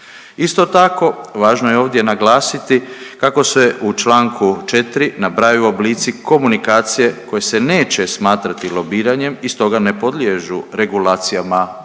Isto tako važno je ovdje naglasiti kako se u članku 4 nabrajaju oblici komunikacije koji se neće smatrati lobiranjem i stoga ne podliježu regulacijama ovoga